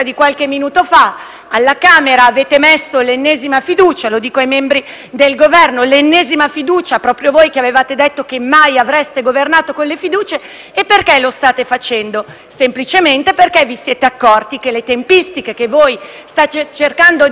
alla Camera avete posto l'ennesima fiducia - lo dico ai membri del Governo - proprio voi, che avevate detto che mai avreste governato con le fiducie. Se lo state facendo, è semplicemente perché vi siete accorti che le tempistiche che state cercando di imporvi